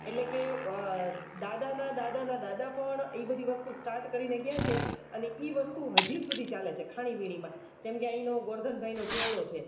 એટલે કે દાદાના દાદાના દાદા પણ એ બધી વસ્તુ સ્ટાર્ટ કરીને ગયા છે અને એ વસ્તુ હજી સુધી ચાલે છે ખાણીપીણીમાં જેમકે અહીંનો ગોવર્ધન ભાઈનો ચેવડો છે